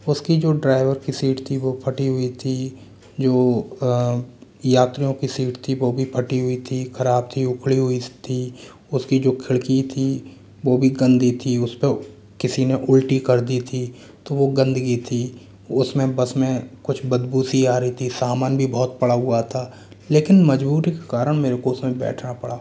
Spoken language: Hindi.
उसकी जो ड्राइवर की शीट थी वह फटी हुई थी जो यात्रियों की शीट थी वह भी फटी हुई थी ख़राब थी उखड़ी हुई थी उसकी जो खिड़की थी वह भी गंदी थी उस पर किसी ने उलटी कर दी थी तो वह गंदगी थी उसमें बस में कुछ बदबू सी आ रही थी सामान भी बहुत पड़ा हुआ था लेकिन मजबूरी के कारण मेरे को उसमें बैठना पड़ा